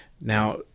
Now